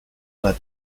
let